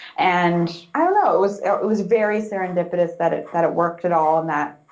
and i don't know, it was it was very serendipitous that it that it worked at all and that,